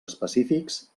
específics